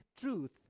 truth